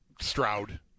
stroud